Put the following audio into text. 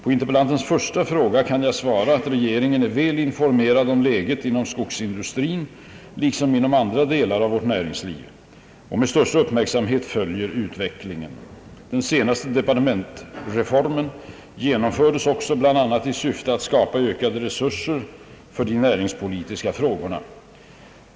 På interpellantens första fråga kan jag svara, att regeringen är väl informerad om läget inom skogsindustrin liksom inom andra delar av vårt näringsliv och med största uppmärksamhet följer utvecklingen. Den senaste de partementsreformen genomfördes också bl.a. i syfte att skapa ökade resurser för de näringspolitiska frågorna.